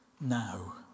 now